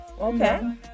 Okay